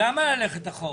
למה ללכת אחורה?